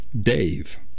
Dave